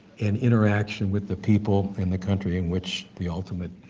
and interaction with the people in the country in which the ultimate